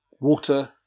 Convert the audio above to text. water